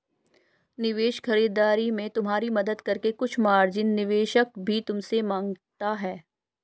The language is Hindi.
निवेश खरीदारी में तुम्हारी मदद करके कुछ मार्जिन निवेशक भी तुमसे माँगता है